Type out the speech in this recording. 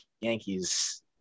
Yankees